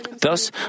Thus